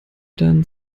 dann